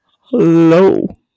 Hello